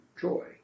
joy